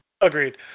Agreed